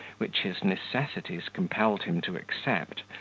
which his necessities compelled him to accept,